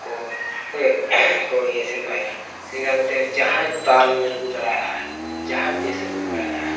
ᱠᱚ ᱠᱚ ᱥᱮᱸᱫᱽᱨᱟᱭᱟ ᱥᱮᱸᱫᱽᱨᱟ ᱠᱟᱛᱮᱫ ᱡᱟᱦᱟᱸᱭ ᱛᱟᱞ ᱜᱮ ᱨᱩ ᱫᱟᱲᱮᱭᱟᱜ ᱟᱭ ᱡᱟᱦᱟᱸᱭ ᱵᱮᱥᱮ ᱨᱩ ᱫᱟᱲᱮᱭᱟᱜᱼᱟ